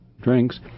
drinks